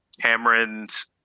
cameron's